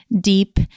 deep